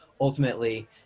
ultimately